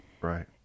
Right